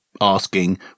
asking